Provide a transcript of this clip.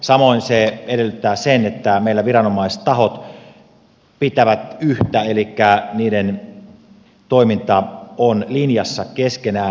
samoin se edellyttää että meillä viranomaistahot pitävät yhtä elikkä niiden toiminta on linjassa keskenään